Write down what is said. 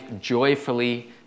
joyfully